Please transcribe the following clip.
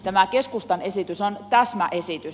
tämä keskustan esitys on täsmäesitys